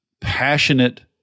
passionate